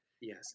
Yes